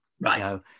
right